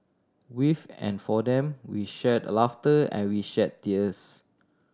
with and for them we shared laughter and we shared tears